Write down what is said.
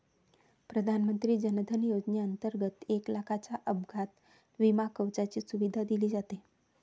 प्रधानमंत्री जन धन योजनेंतर्गत एक लाखाच्या अपघात विमा कवचाची सुविधा दिली जाते